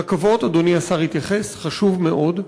רכבות, אדוני השר התייחס, חשוב מאוד.